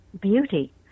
beauty